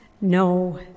no